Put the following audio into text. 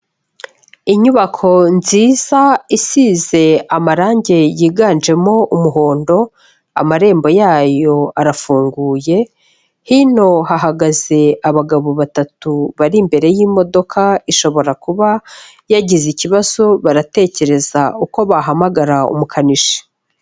Inyubako nziza isize amarange yiganjemo umuhondo, amarembo yayo arafunguye, hino hahagaze abagabo batatu bari imbere y'imodoka, ishobora kuba yagize ikibazo, baratekereza uko bahamagara umukanishi.